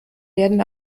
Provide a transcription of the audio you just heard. werden